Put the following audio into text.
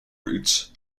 routes